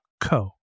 co